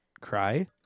cry